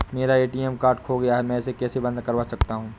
मेरा ATM card खो गया है मैं इसे कैसे बंद करवा सकता हूँ?